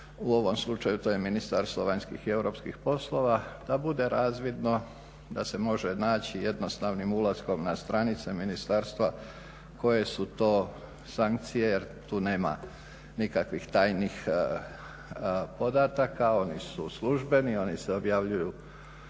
u ovom slučaju to je ministar slovenskih i europskih poslova da bude razvidno da se može naći jednostavnim ulaskom na stranice ministarstva koje su to sankcije jer tu nema nikakvih tajnih podataka. Oni su službeni, oni se objavljuju